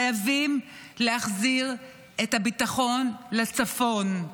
חייבים להחזיר את הביטחון לצפון.